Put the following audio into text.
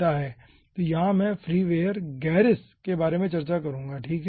तो यहाँ मैं फ्रीवेयर गेरिस के बारे में चर्चा करूँगा ठीक है